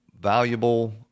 valuable